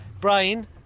Brian